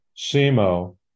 Simo